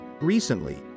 Recently